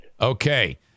okay